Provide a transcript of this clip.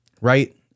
right